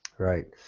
right.